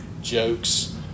jokes